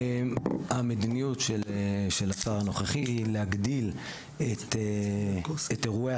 המדיניות של השר הנוכחי היא להגדיל את אירועי